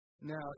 Now